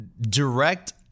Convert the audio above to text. direct